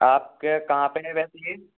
आपके कहाँ पर है वैसे ये